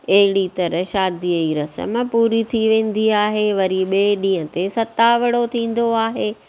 अहिड़ी तरहि शादीअ जी रस्म पूरी थी वेंदी आहे वरी ॿिए ॾींहं ते सतावड़ो थींदो आहे